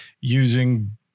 using